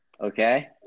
Okay